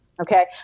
Okay